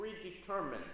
predetermined